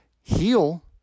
heal